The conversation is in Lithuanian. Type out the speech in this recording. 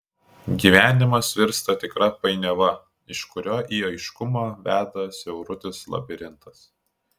gyvenimas virsta tikra painiava iš kurio į aiškumą veda siaurutis labirintas